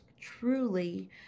truly